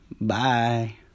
Bye